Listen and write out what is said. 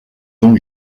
donc